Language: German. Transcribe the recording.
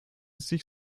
sich